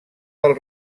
del